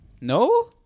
No